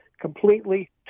completely